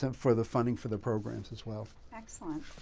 um for the funding for the programs as well. excellent.